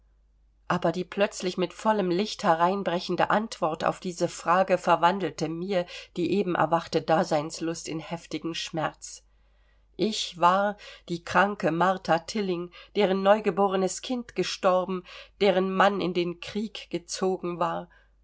aber die plötzlich mit vollem licht hereinbrechende antwort auf diese frage verwandelte mir die eben erwachte daseinslust in heftigen schmerz ich war die kranke martha tilling deren neugeborenes kind gestorben deren mann in den krieg gezogen war